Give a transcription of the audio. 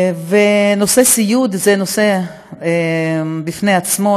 נושא הסיעוד הוא נושא בפני עצמו,